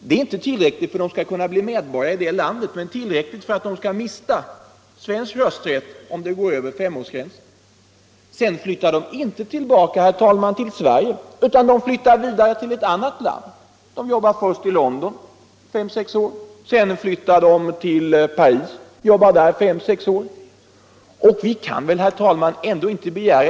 Det är inte tillräckligt för att de skall kunna bli medborgare i det landet men tillräckligt för att de skall mista rösträtt i Sverige om utlandsvistelsen överskrider femårsgränsen. Sedan flyttar de inte tillbaka till Sverige utan de flyttar vidare till ett annat land. De arbetar först kanske i London fem eller sex år, och sedan flyttar de till Paris och verkar där fem eller sex år.